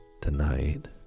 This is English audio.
tonight